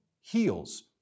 heals